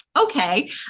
okay